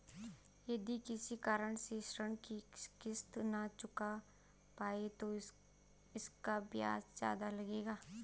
यदि किसी कारण से ऋण की किश्त न चुका पाये तो इसका ब्याज ज़्यादा लगेगा?